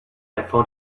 found